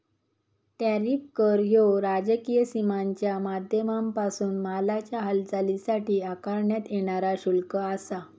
tariff कर ह्यो राजकीय सीमांच्या माध्यमांपासून मालाच्या हालचालीसाठी आकारण्यात येणारा शुल्क आसा